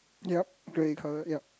yup grey colour yup